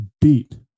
beat